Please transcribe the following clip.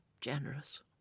generous